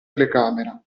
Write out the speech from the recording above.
telecamera